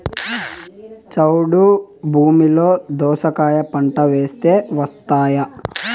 చౌడు భూమిలో దోస కాయ పంట వేస్తే వస్తాయా?